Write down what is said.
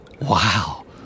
Wow